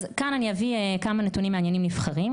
כאן אני אביא כמה נתונים מעניינים נבחרים.